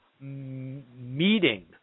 meeting